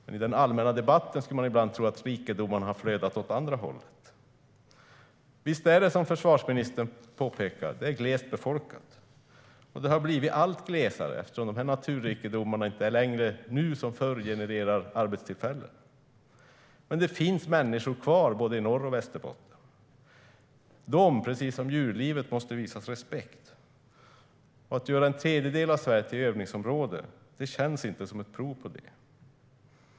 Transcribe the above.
Men i den allmänna debatten kan man ibland tro att rikedomarna har flödat åt det andra hållet. Visst är det, som försvarsministern påpekar, glest befolkat. Och det har blivit allt glesare eftersom naturrikedomarna inte generar arbetstillfällen på samma sätt som förr. Men det finns människor kvar i både Norrbotten och Västerbotten. De, precis som djurlivet, måste visas respekt. Att göra en tredjedel av Sverige till övningsområde känns inte som ett prov på det.